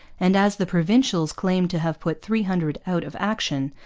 and as the provincials claimed to have put three hundred out of action,